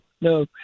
no